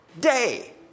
day